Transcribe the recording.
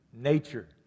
nature